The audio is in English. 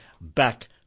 back